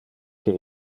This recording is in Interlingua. que